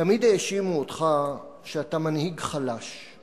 תמיד האשימו אותך שאתה מנהיג חלש,